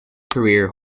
career